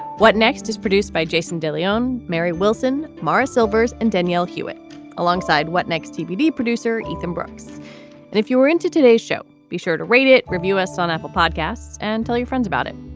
what next is produced by jason dillion, mary wilson, mara silvers and danielle hewitt alongside what next tbd producer ethan brooks. and if you were into today's show, be sure to read it. reviews on apple podcasts and tell your friends about it.